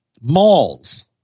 Malls